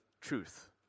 truth